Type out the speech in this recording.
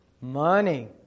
Money